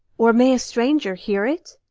or may a stranger hear it?